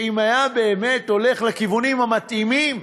ואם הוא היה באמת הולך לכיוונים המתאימים,